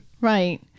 Right